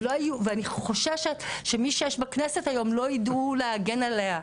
ואני חוששת שמי שיש בכנסת היום לא ידעו להגן עליה,